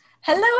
Hello